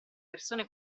persone